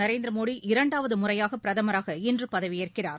நரேந்திர மோடி இரண்டாவது முறையாக பிரதமராக இன்று பதவியேற்கிறார்